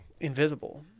Invisible